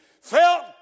felt